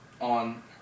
on